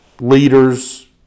leaders